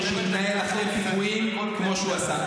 שהתנהל אחרי פיגועים כמו שהוא עשה.